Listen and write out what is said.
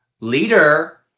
leader